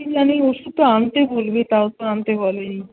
কিন্তু আমি এই ওষুধটা আনতে বলিনি তাও তো আনতে বলেনি